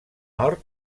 nord